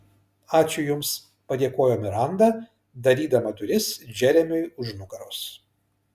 ačiū jums padėkojo miranda darydama duris džeremiui už nugaros